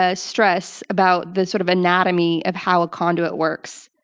ah stress about this sort of anatomy of how a conduit works.